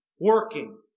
working